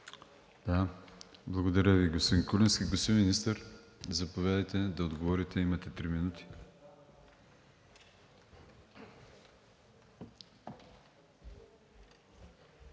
Благодаря Ви, господин Куленски. Господин Министър, заповядайте да отговорите, имате три минути.